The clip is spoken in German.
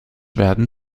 werden